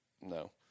no